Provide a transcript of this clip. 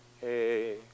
Hey